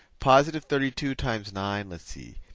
positive thirty two times nine, let's see.